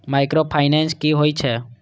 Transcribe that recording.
Micro finance कि होई छै?